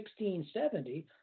1670